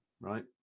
right